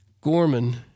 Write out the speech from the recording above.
Gorman